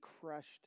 crushed